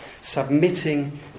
submitting